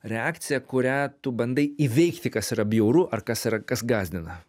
reakcija kurią tu bandai įveikti kas yra bjauru ar kas yra kas gąsdina